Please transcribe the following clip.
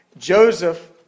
Joseph